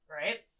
right